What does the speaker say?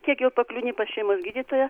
kiek jau pakliūni pas šeimos gydytoją